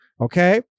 okay